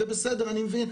ובסדר, אני מבין.